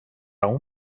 اون